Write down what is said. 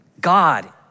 God